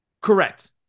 Correct